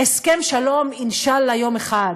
הסכם שלום, אינשאללה יום אחד,